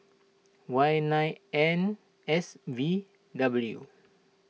Y nine N S V W